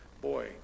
Boy